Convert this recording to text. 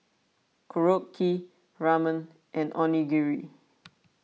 Korokke Ramen and Onigiri